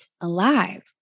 alive